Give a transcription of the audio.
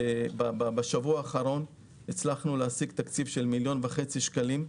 בשבוע האחרון הצלחנו להשיג תקציב של 1.5 מיליון שקלים,